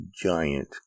giant